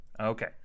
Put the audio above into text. Okay